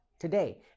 Today